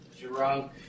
drunk